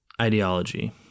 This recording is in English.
ideology